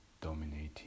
dominating